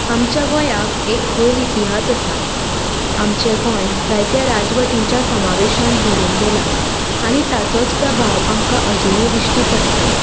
आमच्या गोंयाक एक खोल इतिहास आसा आमचें गोंय जायत्या राजवटिंच्या समावेशान भरून गेलां आनी ताचोच प्रभाव आमकां अजुनूय दिश्टी पडटा